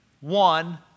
one